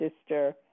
sister